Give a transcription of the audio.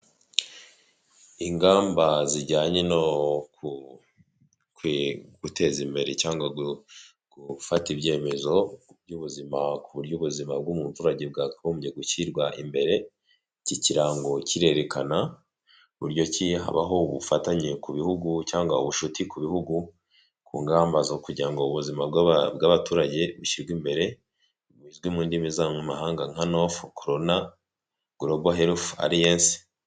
Ingamba zijyanye no guteza imbere cyangwa gufata ibyemezo by'ubuzima ku buryo ubuzima bw'umuturage bwakagombye gushyirwa imbere, ikikirango kirerekana uburyo ki habaho ubufatanye ku bihugu cyangwa ubushuti ku bihugu ku ngamba zo kugira ngo ubuzima bw'abaturage bushyirwe imbere, buzwi mu ndimi nka nofu kolona gorobo ariyensi.